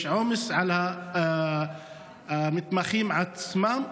יש עומס על המתמחים עצמם.